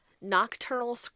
nocturnal